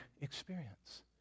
experience